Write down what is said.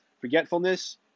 forgetfulness